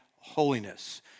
holiness